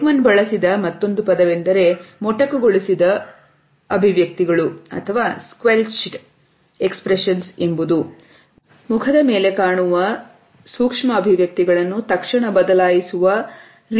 ಏಕ್ man ಬಳಸಿದ ಮತ್ತೊಂದು ಪದವೆಂದರೆ ಮೊಟಕುಗೊಳಿಸಿದ ಎಂದು ಕರೆಯುತ್ತಾರೆ